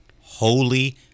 Holy